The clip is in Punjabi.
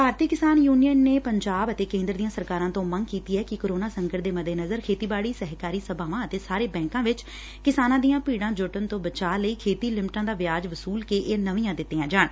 ਭਾਰਤੀ ਕਿਸਾਨ ਯੂਨੀਅਨ ਨੇ ਪੰਜਾਬ ਅਤੇ ਕੇਂਦਰ ਦੀਆਂ ਸਰਕਾਰਾਂ ਤੋਂ ਮੰਗ ਕੀਤੀ ਐ ਕਿ ਕਰੋਨਾ ਸੰਕਟ ਦੇ ਮੱਦੇਨਜ਼ਰ ਖੇਤੀਬਾੜੀ ਸਹਿਕਾਰੀ ਸਭਾਵਾਂ ਅਤੇ ਸਾਰੇ ਬੈਂਕਾਂ ਵਿੱਚ ਕਿਸਾਨਾਂ ਦੀਆਂ ਭੀੜਾਂ ਜੁੜਨ ਤੋਂ ਬਚਾਅ ਲਈ ਖੇਤੀ ਲਿਮਟਾਂ ਦਾ ਵਿਆਜ਼ ਵਸੂਲ ਕੇ ਇਹ ਨਵਿਆ ਦਿੱਤੀਆਂ ਜਾਣ